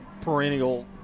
perennial